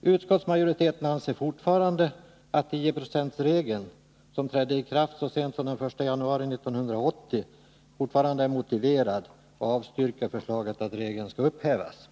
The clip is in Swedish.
Utskottsmajoriteten anser fortfarande att tioprocentsregeln, som trädde i kraft så sent som den 1 januari 1980, är motiverad och avstyrker förslaget att regeln skall upphävas.